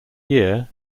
year